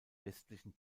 westlichen